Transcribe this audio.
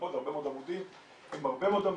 הרבה מאוד עמודים עם הרבה מאוד המלצות,